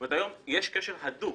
זאת אומרת, היום יש קשר הדוק